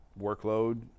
workload